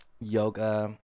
yoga